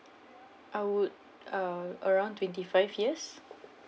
I would uh around twenty five years